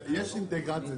יש אינטגרציה,